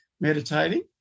meditating